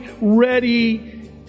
ready